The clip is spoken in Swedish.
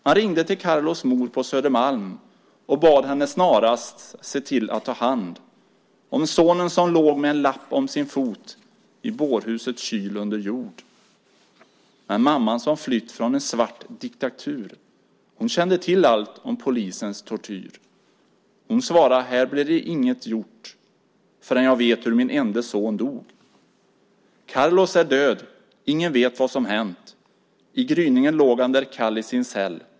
Man ringde till Carlos mor på Södermalm, och bad henne snarast se till att ta hand om sonen som låg med en lapp om sin fot i bårhusets kyl under jord. Men mamman som flytt från en svart diktatur hon kände till allt om polisens tortyr. Hon svara': "Här blir det ingenting gjort Förr'n jag vet hur min ende son dog." Carlos är död, ingen vet vad som hänt. I gryningen låg han där kall i sin cell.